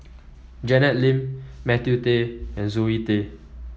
Janet Lim Matthew Tap and Zoe Tay